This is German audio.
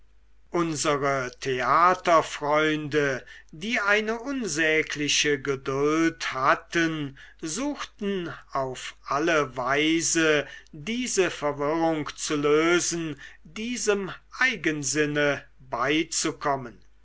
unsre theaterfreunde die eine unsägliche geduld hatten suchten auf alle weise diese verwirrung zu lösen diesem eigensinne beizukommen